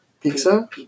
Pizza